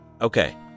Okay